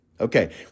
Okay